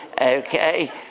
okay